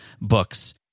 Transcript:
books